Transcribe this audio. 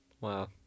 wow